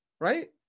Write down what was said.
right